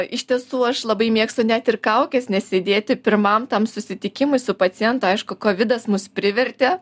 iš tiesų aš labai mėgstu net ir kaukes nesidėti pirmam tam susitikimui su pacientu aišku kovidas mus privertė